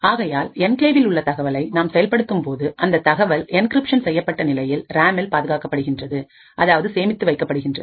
ஆகையால் என்கிளேவில் உள்ள தகவலை நாம் செயல்படுத்தும்போது அந்த தகவல் என்கிரிப்ஷன் செய்யப்பட்ட நிலையில் ராமில் பாதுகாக்கப்படுகின்றது அதாவது சேமித்து வைக்கப்படுகின்றது